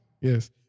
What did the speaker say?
Yes